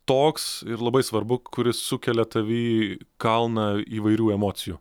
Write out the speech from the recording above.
toks ir labai svarbu kuris sukelia tavy kalną įvairių emocijų